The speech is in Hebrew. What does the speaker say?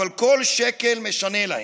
אבל כל שקל משנה להם.